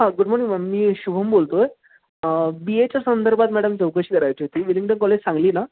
हां good morning ma'am मी शुभम बोलतो आहे बी एच्या संदर्भात मॅडम चौकशी करायची होती विलिंगडन कॉलेज सांगली ना